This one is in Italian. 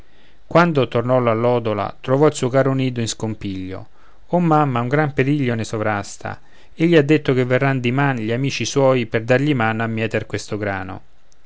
quando tornò l'allodola trovò il suo caro nido in iscompiglio o mamma un gran periglio ne sovrasta egli ha detto che verranno diman gli amici suoi per dargli mano a mieter questo grano